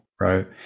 right